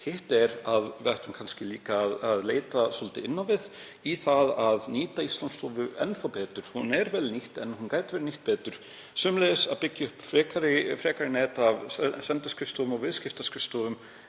Hitt er að við ættum kannski líka að leita svolítið inn á við í það að nýta Íslandsstofu enn betur. Hún er vel nýtt en hún gæti verið nýtt betur. Sömuleiðis þarf að byggja upp frekara net af sendiskrifstofum og viðskiptaskrifstofum